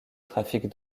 trafic